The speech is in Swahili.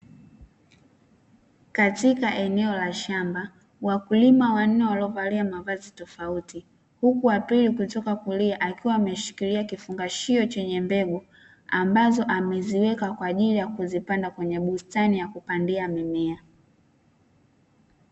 Katika eneo la shamba, wakulima wanne waliovalia mavazi tofauti, huku wa pili kutoka kulia akiwa ameshikilia kifungashio chenye mbegu, ambazo ameziweka kwa ajili ya kuzipanda kwenye bustani ya kupandia mimea.